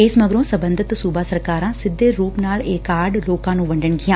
ਇਸ ਮਗਰੋ ਸਬੰਧਤ ਸੁਬਾ ਸਰਕਾਰਾਂ ਸਿੱਧੇ ਰੁਪ ਨਾਲ ਇਹ ਕਾਰਡ ਲੋਕਾਂ ਨੂੰ ਵੰਡਣਗੀਆ